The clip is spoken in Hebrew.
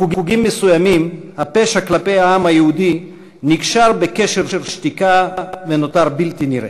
בחוגים מסוימים הפשע כלפי העם היהודי נקשר בקשר שתיקה ונותר בלתי נראה.